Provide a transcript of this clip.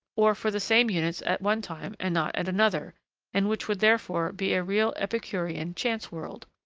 or for the same units at one time and not at another and which would therefore be a real epicurean chance-world?